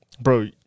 Bro